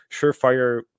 surefire